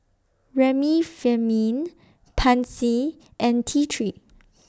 Remifemin Pansy and T three